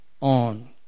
on